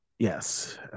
Yes